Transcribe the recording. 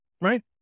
right